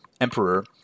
Emperor